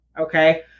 okay